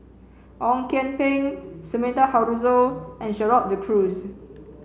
Ong Kian Peng Sumida Haruzo and Gerald De Cruz